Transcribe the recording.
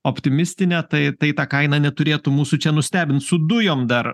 optimistinė tai tai ta kaina neturėtų mūsų čia nustebint su dujom dar